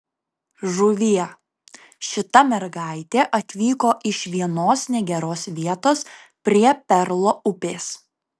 žuvie šita mergaitė atvyko iš vienos negeros vietos prie perlo upės